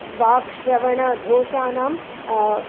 वाक्श्रवणधोषानां